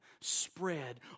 spread